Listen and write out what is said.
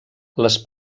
les